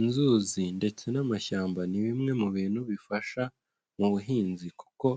Inzuzi ndetse n'amashyamba ni bimwe mu bintu bifasha mu buhinzi, kuko